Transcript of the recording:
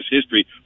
history